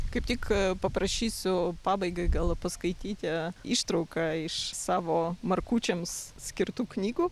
kaip tik a paprašysiu pabaigai gal paskaityti ištrauką iš savo markučiams skirtų knygų